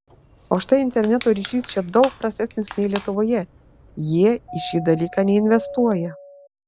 o štai interneto ryšys čia daug prastesnis nei lietuvoje jie į šį dalyką neinvestuoja